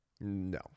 No